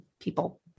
people